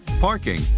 parking